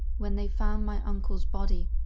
when they found my uncle's body,